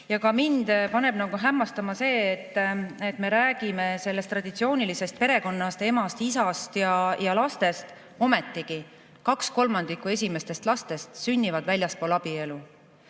Mind paneb hämmastama see, et me räägime traditsioonilisest perekonnast – emast, isast ja lastest –, ometigi kaks kolmandikku esimestest lastest sünnib väljaspool abielu.